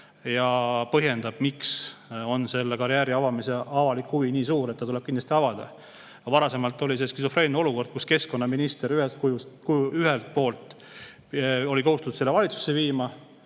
ja põhjendab, miks on selle karjääri avamise avalik huvi nii suur, et see tuleb kindlasti avada. Varasemalt oli skisofreeniline olukord, kus keskkonnaminister oli ühelt poolt kohustatud selle valitsusse viima,